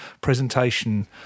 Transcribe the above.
presentation